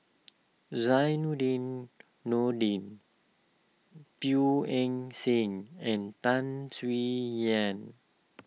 Zainudin Nordin Teo Eng Seng and Tan Swie Hian